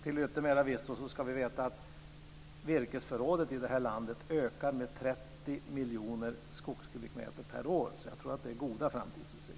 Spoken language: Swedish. Till yttermera visso ska vi veta att virkesförrådet i landet ökar med 30 miljoner skogskubikmeter per år, så jag tror att det är goda framtidsutsikter.